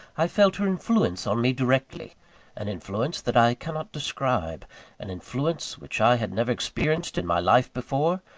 i felt her influence on me directly an influence that i cannot describe an influence which i had never experienced in my life before,